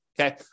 Okay